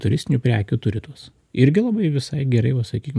turistinių prekių turi tuos irgi labai visai gerai va sakykim